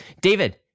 David